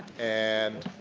and,